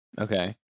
Okay